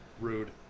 Rude